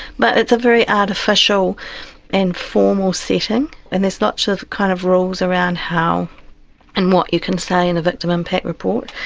but it's a very artificial and formal setting, and there's lots of kind of rules around how and what you can say in a victim impact report,